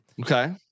Okay